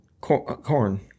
Corn